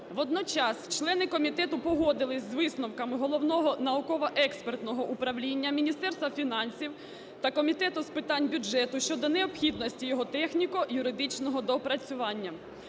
Водночас члени комітету погодились з висновками Головного науково-експертного управління, Міністерства фінансів та комітету з питань бюджету щодо необхідності його техніко-юридичного доопрацювання.